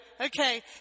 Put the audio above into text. okay